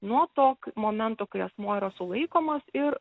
nuo to momento kai asmuo yra sulaikomas ir